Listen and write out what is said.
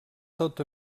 tot